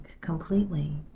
completely